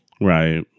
Right